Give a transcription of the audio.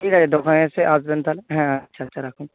ঠিক আছে দোকানে এসে আসবেন তাহলে হ্যাঁ আচ্ছা আচ্ছা রাখুন